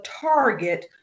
target